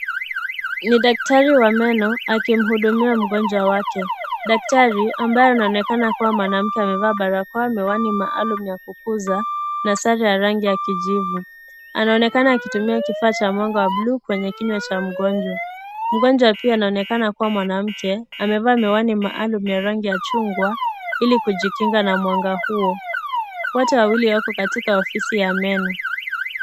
Ni daktari wa meno akimhudumia mgonjwa wake. Daktari ambaye anaonekana kuwa mwanamke amevaa barakoa, miwani maalum ya kuguza na sare ya rangi kijivu. Anaonekana akitumia kifaa cha mwanga wa bluu kwenye kinywa cha mgonjwa. Mgonjwa pia anaonekana kuwa mwanamke. Amevaa miwani maalum ya rangi ya Chungwa ili kujikinga na mwanga huo. Wote wawili wako katika ofisi ya meno.